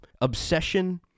obsession